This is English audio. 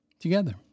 Together